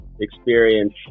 experience